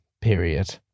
period